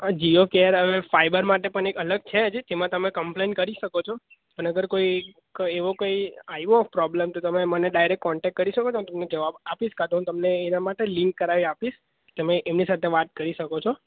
હા જીઓ કેર અને ફાઈબર માટે પણ એક અલગ છે જ જેમાં તમે કંપલેન કરી શકો છો અને અગર કોઈ એવો કોઈ આવ્યો પ્રોબલમ તો તમે મને ડાયરેક કોન્ટેક કરી શકો છો હું તમને જવાબ આપીશ કાં તો હું તમને એના માટે લિન્ક કરાવી આપીશ તમે એમની સાથે વાત કરી શકો છો